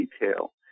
detail